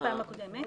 בפעם הקודמת.